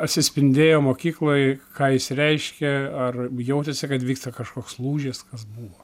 atsispindėjo mokykloj ką jis reiškia ar jautėsi kad vyksta kažkoks lūžis kas buvo